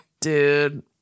dude